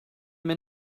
just